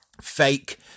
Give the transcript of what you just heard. Fake